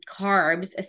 carbs